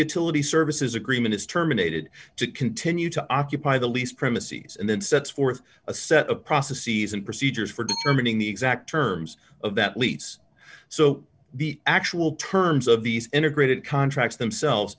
utility services agreement is terminated to continue to occupy the lease premises and then sets forth a set of processes and procedures for determining the exact terms of that lease so the actual terms of these integrated contracts themselves